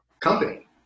company